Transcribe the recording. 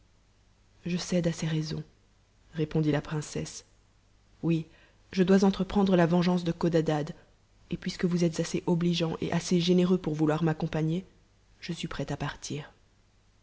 je cède à ces raisons répondit la princesse oui je dois entreprendre la vengeance de codadad et puisque vous êtes assez obligeant et assez généreux pour vouloir m'accompagner je suis prête à partir